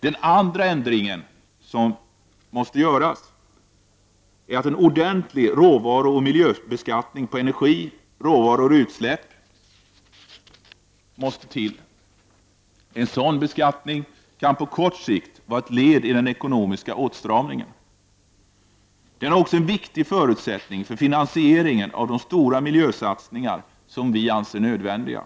Den andra ändringen vi vill göra är att en ordentlig råvaruoch miljöbeskattning på energi, råvaror och utsläpp måste till. En sådan beskattning kan på kort sikt vara ett led i den ekonomiska åtstramningen, och den är också en viktig förutsättning för finansieringen av de stora miljösatsningar som vi anser nödvändiga.